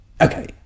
Okay